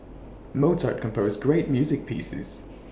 Mozart composed great music pieces